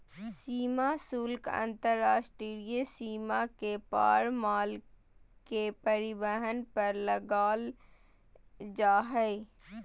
सीमा शुल्क अंतर्राष्ट्रीय सीमा के पार माल के परिवहन पर लगाल जा हइ